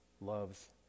loves